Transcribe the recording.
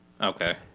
Okay